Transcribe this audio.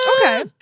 Okay